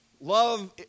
Love